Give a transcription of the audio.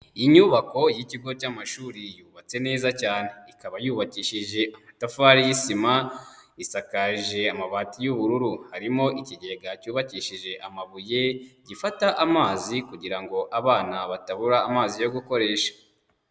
Inyubako y'ikigo cy'amashuri yubatse neza cyane ikaba yubakishije amatafari y'isima isakaje amabati y'ubururu harimo ikigega cyubakishije amabuye gifata amazi kugira ngo abana batabura amazi yo gukoresha.